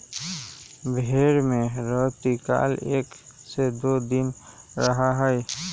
भेंड़ में रतिकाल एक से दो दिन रहा हई